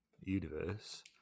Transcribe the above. universe